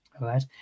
right